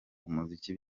umuziki